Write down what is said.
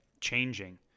changing